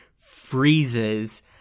freezes